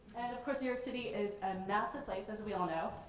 and of course new york city is a massive place as we all know.